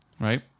right